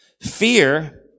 Fear